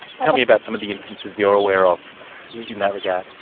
tell me about some of the instances you're aware of in that regard.